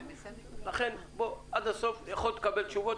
יכול להיות שתקבל תשובות,